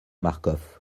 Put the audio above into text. marcof